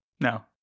No